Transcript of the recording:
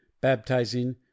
baptizing